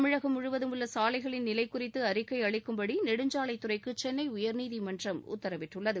தமிழகம் முழுவதும் உள்ள சாலைகளின் நிலை குறித்து அறிக்கை அளிக்கும்படி நெடுஞ்சாலை துறைக்கு சென்னை உயர்நீதிமன்றத் உத்தரவிட்டுள்ளது